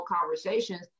conversations